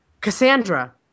Cassandra